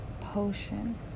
potion